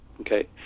okay